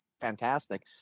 fantastic